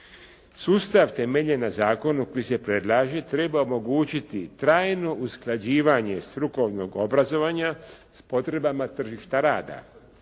Sustav temeljen na zakonu koji se predlaže, treba omogućiti trajno usklađivanje strukovnog obrazovanja s potrebama tržišta rada